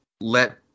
let